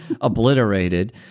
obliterated